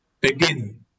begin